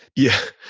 yeah.